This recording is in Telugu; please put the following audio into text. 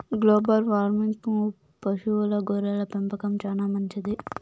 గ్లోబల్ వార్మింగ్కు పశువుల గొర్రెల పెంపకం చానా మంచిది